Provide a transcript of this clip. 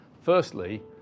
Firstly